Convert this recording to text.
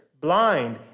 blind